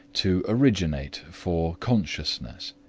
to originate for consciousness.